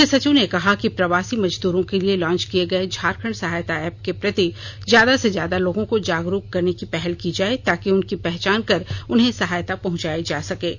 मुख्य सचिव ने कहा कि प्रवासी मजदूरो के लिए लांच किए गए झारखंड सहायता एप्प के प्रति ज्यादा से ज्यादा लोगों को जागरुक करने की पहल की जाए ताकि उनकी पहचान कर उन्हें सहायता पहुंचाई जा सके